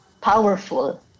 powerful